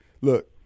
look